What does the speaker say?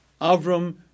Avram